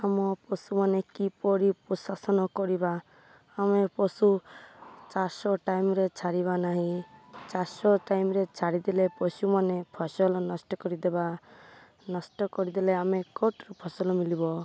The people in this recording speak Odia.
ଆମ ପଶୁମାନେ କିପରି ପ୍ରଶାସନ କରିବା ଆମେ ପଶୁ ଚାଷ ଟାଇମ୍ରେ ଛାଡ଼ିବା ନାହିଁ ଚାଷ ଟାଇମ୍ରେ ଛାଡ଼ିଦେଲେ ପଶୁମାନେ ଫସଲ ନଷ୍ଟ କରିଦେବା ନଷ୍ଟ କରିଦେଲେ ଆମେ କେଉଁଠୁ ଫସଲ ମଳିବ